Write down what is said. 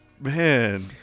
Man